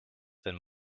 wenn